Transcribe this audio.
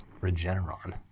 Regeneron